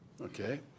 Okay